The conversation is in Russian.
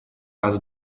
раз